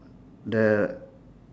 the